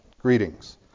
Greetings